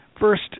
First